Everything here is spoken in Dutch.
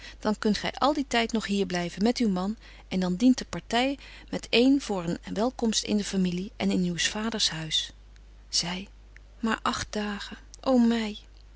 dan kunt gy al dien tyd nog hier blyven met uw man en betje wolff en aagje deken historie van mejuffrouw sara burgerhart dan dient de party met een voor een welkomst in de familie en in uws vaders huis zy maar agt dagen o my